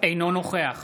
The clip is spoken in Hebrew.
אינו נוכח